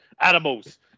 Animals